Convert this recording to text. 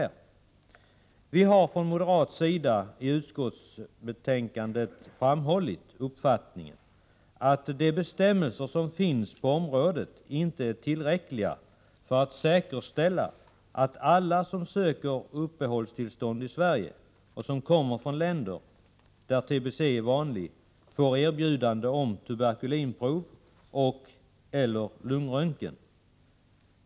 Från moderat sida har vi i utskottet framhållit uppfattningen att de bestämmelser som finns på området inte är tillräckliga för att säkerställa att alla som söker uppehållstillstånd i Sverige och kommer från länder där TBC är vanlig får erbjudande om tuberkulinprov och/eller lungröntgen.